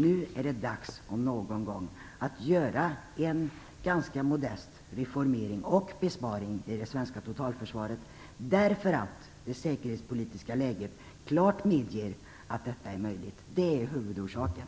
Nu om någon gång är det dags att göra en ganska modest reformering och besparing i det svenska totalförsvaret därför att det säkerhetspolitiska läget klart medger detta. Det är huvudorsaken.